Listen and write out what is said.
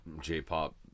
J-pop